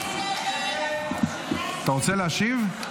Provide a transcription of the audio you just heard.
אתה רוצה להשיב?